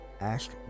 ask